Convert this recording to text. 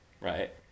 Right